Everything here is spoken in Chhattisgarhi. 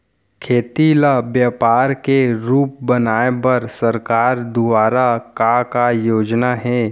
खेती ल व्यापार के रूप बनाये बर सरकार दुवारा का का योजना हे?